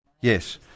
Yes